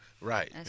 Right